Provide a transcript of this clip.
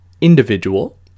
individual